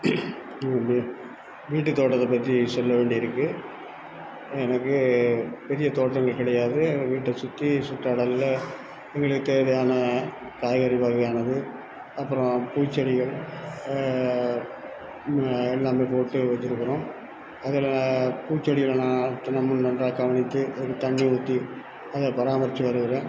வீட்டு தோட்டத்தப்பற்றி சொல்ல வேண்டியது இருக்குது எனக்கு பெரிய தோட்டங்கள் கிடையாது எங்கள் வீட்டை சுற்றி சுற்றடவில் எங்களுக்கு தேவையான காய்கறி வகையானது அப்புறோம் பூச்செடிகள் நாங்கள் போட்டு வச்சிருக்கிறோம் அதில் பூச்செடிகளாம் தினமும் நல்லா கவனித்து அதற்கு தண்ணி ஊற்றி அதை பராம்மரித்து வருகிறேன்